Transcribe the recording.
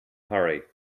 hurry